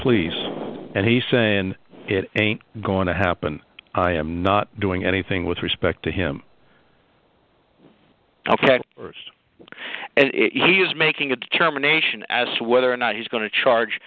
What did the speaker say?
police and he sayin it ain't going to happen i am not doing anything with respect to him ok and he's making a determination as to whether or not he's going to charge